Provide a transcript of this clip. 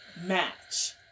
match